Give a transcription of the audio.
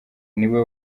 niwe